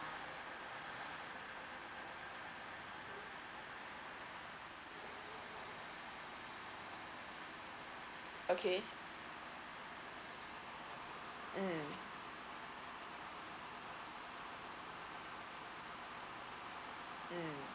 okay mm mm